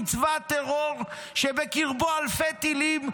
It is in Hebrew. עם צבא טרור שבקרבו אלפי טילים,